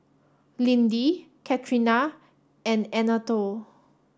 Lindy Catrina and Anatole